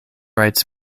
rights